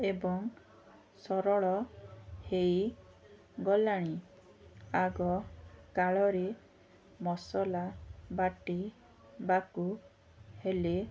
ଏବଂ ସରଳ ହୋଇଗଲାଣି ଆଗକାଳରେ ମସଲା ବାଟିବାକୁ ହେଲେ